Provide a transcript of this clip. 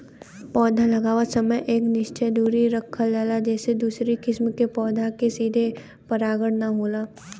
पौधा लगावत समय एक निश्चित दुरी रखल जाला जेसे दूसरी किसिम के पौधा के साथे परागण ना होला